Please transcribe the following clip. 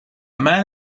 man